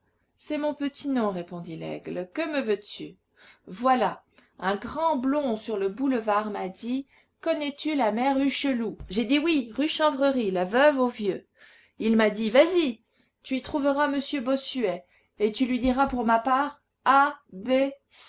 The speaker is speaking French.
c'est mon petit nom répondit laigle que me veux-tu voilà un grand blond sur le boulevard m'a dit connais-tu la mère hucheloup j'ai dit oui rue chanvrerie la veuve au vieux il m'a dit vas-y tu y trouveras monsieur bossuet et tu lui diras de ma part